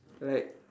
like